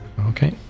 Okay